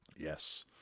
Yes